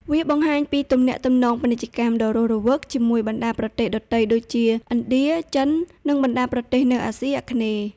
វាបង្ហាញពីទំនាក់ទំនងពាណិជ្ជកម្មដ៏រស់រវើកជាមួយបណ្តាប្រទេសដទៃដូចជាឥណ្ឌា ចិន និងបណ្តាប្រទេសនៅអាស៊ីអាគ្នេយ៍។